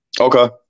Okay